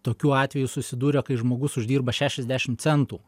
tokių atvejų susidūrę kai žmogus uždirba šešiasdešimt centų